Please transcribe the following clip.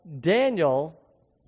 Daniel